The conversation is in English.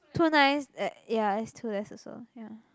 too nice ya is too less also